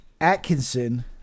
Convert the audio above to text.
Atkinson